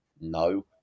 No